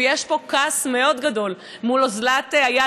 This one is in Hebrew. ויש פה כעס מאוד גדול על אוזלת היד,